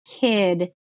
kid